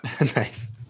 Nice